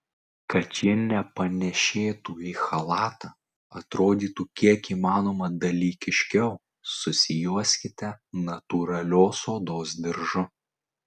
kad ji nepanėšėtų į chalatą atrodytų kiek įmanoma dalykiškiau susijuoskite natūralios odos diržu